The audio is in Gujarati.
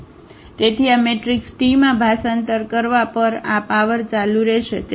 તેથી આ આ મેટ્રિક્સ tમાં ભાષાંતર કરવા પર આ પાવર ચાલુ રહેશે